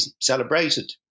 celebrated